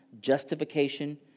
justification